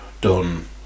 done